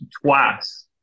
twice